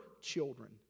children